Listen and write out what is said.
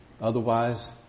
Otherwise